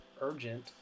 urgent